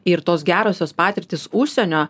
ir tos gerosios patirtys užsienio